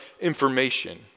information